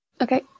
Okay